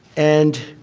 and